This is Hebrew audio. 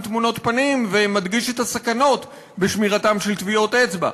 תמונות פנים ומדגיש את הסכנות שבשמירתן של טביעות אצבע,